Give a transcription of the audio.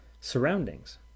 surroundings